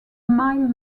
mile